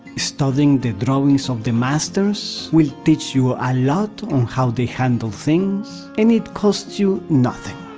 studying the drawings of the masters will teach you a lot on how they handled things and it cost you nothing,